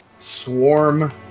swarm